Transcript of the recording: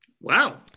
Wow